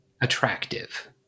attractive